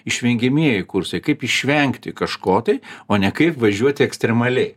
išvengiamieji kursai kaip išvengti kažko tai o ne kaip važiuoti ekstremaliai